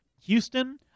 Houston